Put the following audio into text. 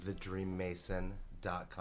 thedreammason.com